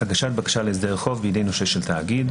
159ב2הגשת בקשה להסדר חוב בידי נושה של תאגיד